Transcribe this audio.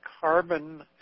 Carbon